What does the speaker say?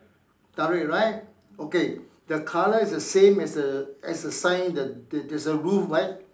dark red right okay the colour is the same as the as the sign the the there's a roof right